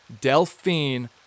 Delphine